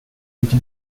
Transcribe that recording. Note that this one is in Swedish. inte